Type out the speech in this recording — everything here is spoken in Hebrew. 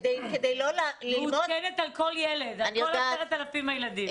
אני מעודכנת על כל ילד, על כל 10,000 הילדים.